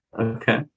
okay